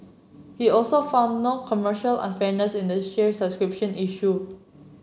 he also found no commercial unfairness in the share subscription issue